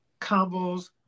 combos